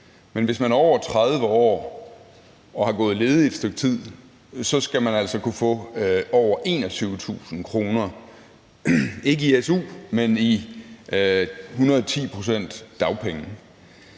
man, hvis man er over 30 år og har gået ledig i et stykke tid, altså så skal kunne få over 21.000 kr., ikke i su, men i 110 pct.